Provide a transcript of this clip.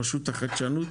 רשות החדשנות.